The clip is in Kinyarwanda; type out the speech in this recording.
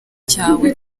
cyawe